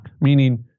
meaning